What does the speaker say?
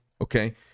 Okay